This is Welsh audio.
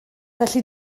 felly